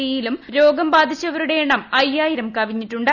E യ്യിലു്ക് രോഗം ബാധിച്ചവരുടെ എണ്ണം അയ്യായിരം കവിഞ്ഞിട്ടുണ്ട്